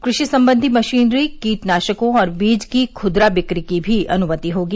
कृषि सम्बंधी मशीनरी कीटनाशकों और बीज की खुदरा बिक्री की भी अनुमति होगी